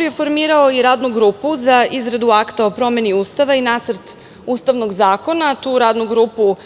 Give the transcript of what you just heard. je formirao i Radnu grupu za izradu akta o promeni Ustava i nacrt ustavnog zakona, tu Radnu grupu